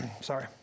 Sorry